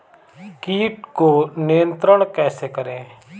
कीट को नियंत्रण कैसे करें?